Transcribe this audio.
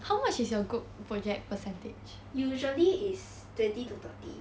usually is twenty to thirty